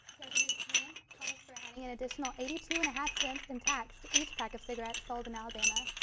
governor's plan calls for adding an additional eighty two and a half cents in tax to each pack of cigarettes sold in alabama.